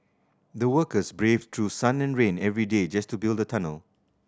the workers braved through sun and rain every day just to build the tunnel